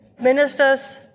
Ministers